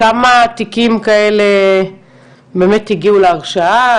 כמה תיקים כאלה הגיעו להרשעה,